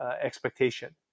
expectation